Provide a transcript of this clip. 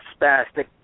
spastic